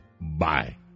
Bye